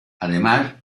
además